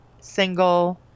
single